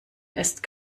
ist